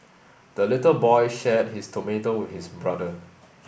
the little boy shared his tomato with his brother